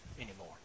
anymore